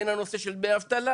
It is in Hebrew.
הן הנושא של דמי אבטלה.